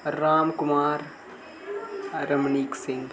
Ram Kumar Ramnik Singh